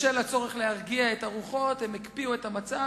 בשל הצורך להרגיע את הרוחות הם הקפיאו את המצב,